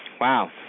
wow